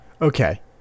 Okay